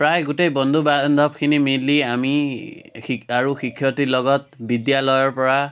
প্ৰায় গোটেই বন্ধু বান্ধৱখিনি মিলি আমি শি আৰু শিক্ষয়ত্ৰী লগত বিদ্যালয়ৰ পৰা